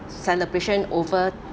celebration over